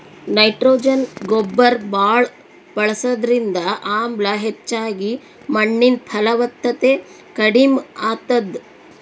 nitrogen ಗೊಬ್ಬರ್ ಭಾಳ್ ಬಳಸದ್ರಿಂದ ಆಮ್ಲ ಹೆಚ್ಚಾಗಿ ಮಣ್ಣಿನ್ ಫಲವತ್ತತೆ ಕಡಿಮ್ ಆತದ್